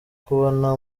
kubona